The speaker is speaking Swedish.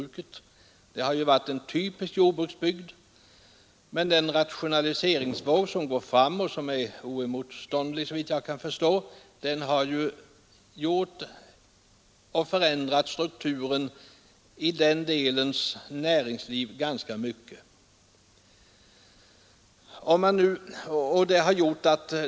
Tidigare har det varit en typisk jordbruksbygd, men den rationaliseringsvåg som nu går fram och som såvitt jag förstår är oemotståndlig har förändrat näringslivets struktur ganska grundligt.